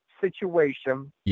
situation